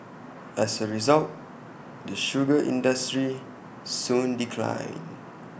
as A result the sugar industry soon declined